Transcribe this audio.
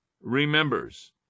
remembers